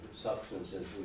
substances